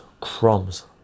crumbs